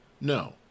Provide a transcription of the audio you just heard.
No